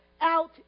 out